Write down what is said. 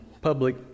public